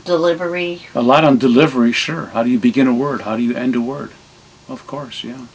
delivery a lot on delivery sure how do you begin to word and a word of course y